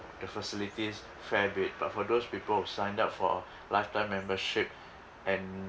the facilities fair bit but for those people who signed up for lifetime membership and